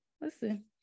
listen